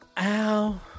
Ow